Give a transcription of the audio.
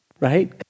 right